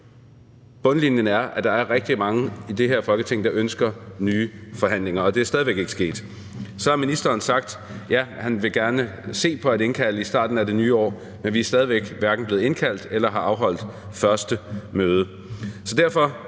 Bundlinjen er, at der er rigtig mange i det her Folketing, der ønsker nye forhandlinger. Og der er stadig væk ikke sket noget. Så har ministeren sagt, at han gerne vil se på at indkalde os i starten af det nye år, men vi er stadig væk hverken blevet indkaldt eller har afholdt det første møde.